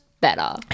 better